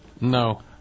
No